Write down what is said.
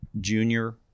junior